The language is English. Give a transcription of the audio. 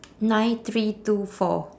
nine three two four